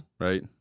Right